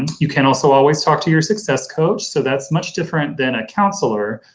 and you can also always talk to your success coach so that's much different than a counselor,